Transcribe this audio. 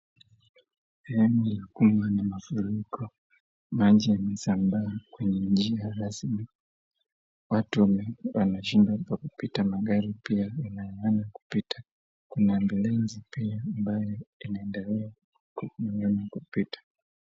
Eneo la mafuriko. Maji yamesambaa kwenye njia rasmi. Watu wanashindwa pa kupita, magari pia inagagana kupita. Kuna ambulance pia ambayo inaendelea kugagana kupita.